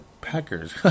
Packers